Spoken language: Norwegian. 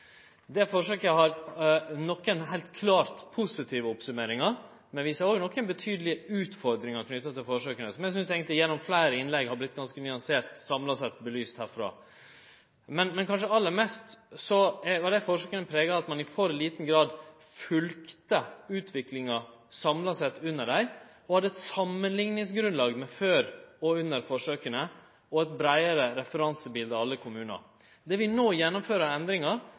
Det forsøket har nokre klart positive oppsummeringar, men vi ser også nokre betydelege utfordringar knytte til forsøka, noko eg eigentleg synest har blitt nyansert belyst gjennom fleire innlegg her. Kanskje aller mest var dei forsøka prega av at ein i for liten grad følgde utviklinga samla sett – det at ein hadde eit samanlikningsgrunnlag før og under forsøka og eit breiare referansebilete av alle kommunar. Det vi no gjennomfører av endringar,